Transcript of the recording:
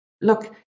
look